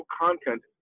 content